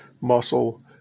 muscle